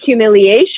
humiliation